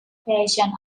patient